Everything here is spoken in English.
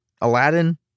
Aladdin